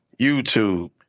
YouTube